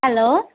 hello